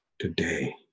today